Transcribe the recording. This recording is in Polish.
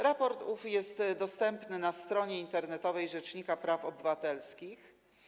Raport ów jest dostępny na stronie internetowej rzecznika praw obywatelskich.